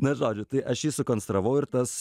na ir žodžiu tai aš jį sukonstravau ir tas